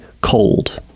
cold